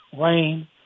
rain